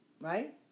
right